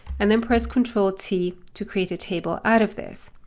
and then press control t to create a table out of this.